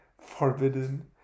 forbidden